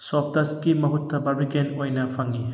ꯁꯣꯐꯇꯁꯀꯤ ꯃꯍꯨꯠꯇ ꯕꯥꯔꯕꯤꯀꯦꯟ ꯑꯣꯏꯅ ꯐꯪꯏ